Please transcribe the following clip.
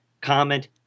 comment